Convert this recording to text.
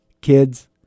kids